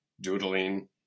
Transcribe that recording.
doodling